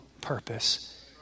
purpose